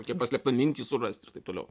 kokią paslėptą mintį surasti ir taip toliau